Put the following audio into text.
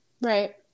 Right